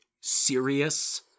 serious